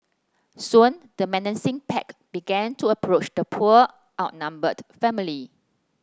soon the menacing pack began to approach the poor outnumbered family